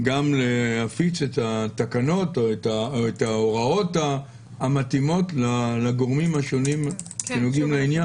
גם להפיץ את ההוראות המתאימות לגורמים השונים שנוגעים לעניין?